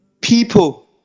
people